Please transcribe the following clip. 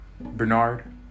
bernard